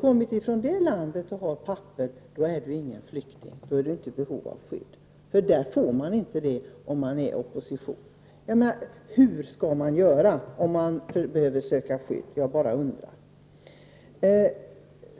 Kommer du från det landet och har papper, då är du ingen flykting, då är du inte i behov av skydd, för där få man inte papper om man tillhör oppositionen. Hur skall man då göra om man behöver söka skydd? Jag undrar bara.